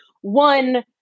one